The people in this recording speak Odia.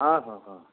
ହଁ ହଁ ହଁ